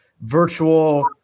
virtual